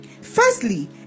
firstly